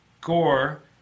Gore